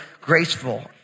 graceful